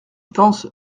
pense